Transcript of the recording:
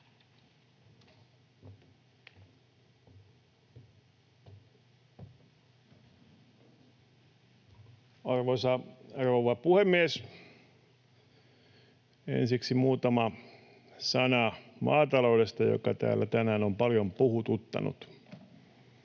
Arvoisa rouva puhemies! Ensiksi muutama sana maataloudesta, joka täällä tänään on paljon puhututtanut.